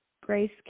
grace